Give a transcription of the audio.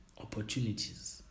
opportunities